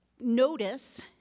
notice